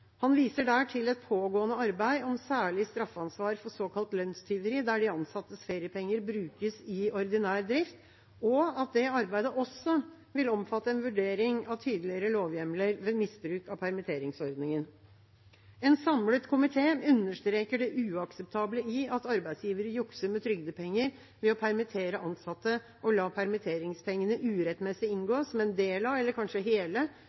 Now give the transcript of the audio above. Han viser der til et pågående arbeid om særlig straffansvar for såkalt lønnstyveri, der de ansattes feriepenger brukes i ordinær drift, og at det arbeidet også vil omfatte en vurdering av tydeligere lovhjemler ved misbruk av permitteringsordningen. En samlet komité understreker det uakseptable i at arbeidsgivere jukser med trygdepenger ved å permittere ansatte og la permitteringspengene urettmessig inngå som en del av, eller kanskje hele,